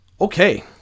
Okay